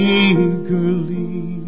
eagerly